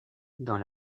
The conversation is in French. dans